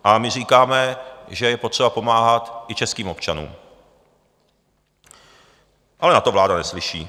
A my říkáme, že je potřeba pomáhat i českým občanům, ale na to vláda neslyší.